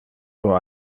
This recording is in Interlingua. pro